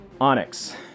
Onyx